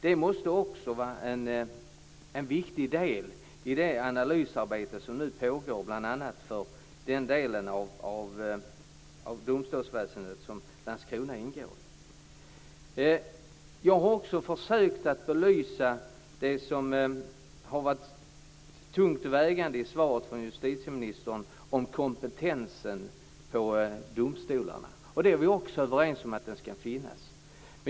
Det måste också vara en viktig del i det analysarbete som nu pågår bl.a. för den del av domstolsväsendet som Landskrona ingår i. Jag har också försökt att belysa det som varit tungt vägande i svaret från justitieministern, nämligen kompetensen i domstolarna. Vi är också överens om att den skall finnas.